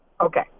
Okay